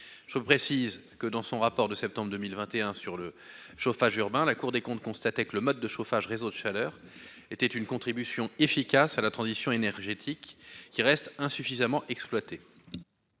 je précise que, dans son rapport de septembre 2021 sur le chauffage urbain, la Cour des comptes, constatait que le mode de chauffage, réseau de chaleur était une contribution efficace à la transition énergétique qui reste insuffisamment exploité.